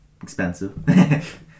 expensive